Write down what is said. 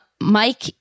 Mike